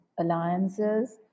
alliances